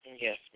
Yes